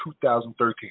2013